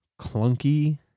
clunky